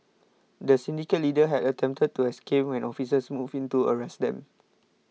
the syndicate leader had attempted to escape when officers moved in to arrest them